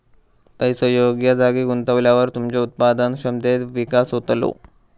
पैसो योग्य जागी गुंतवल्यावर तुमच्या उत्पादन क्षमतेत विकास होतलो